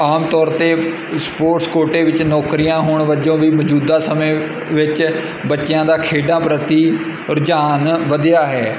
ਆਮ ਤੌਰ 'ਤੇ ਉ ਸਪੋਰਟਸ ਕੋਟੇ ਵਿੱਚ ਨੌਕਰੀਆਂ ਹੋਣ ਵਜੋਂ ਵੀ ਮੌਜੂਦਾ ਸਮੇਂ ਵਿੱਚ ਬੱਚਿਆਂ ਦਾ ਖੇਡਾਂ ਪ੍ਰਤੀ ਰੁਝਾਨ ਵਧਿਆ ਹੈ